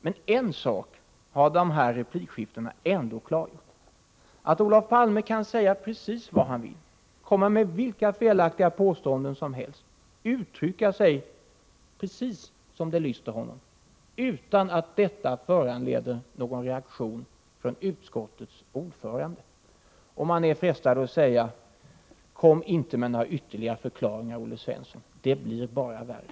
Men en sak har replikskiftet ändå klargjort: Olof Palme kan säga precis vad han vill, komma med vilka felaktiga påståenden som helst, uttrycka sig precis som det lyster honom — utan att detta föranleder någon reaktion från konstitutionsutskottets ordförande. Och man är frestad att säga: Kom inte med några ytterligare förklaringar, Olle Svensson, det blir bara värre!